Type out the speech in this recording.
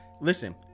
Listen